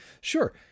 Sure